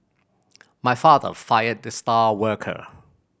my father fired the star worker